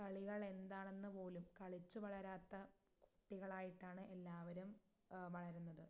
കളികൾ എന്താണെന്ന് പോലും കളിച്ച് വളരാത്ത കുട്ടികളായിട്ടാണ് എല്ലാവരും വളരുന്നത്